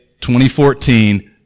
2014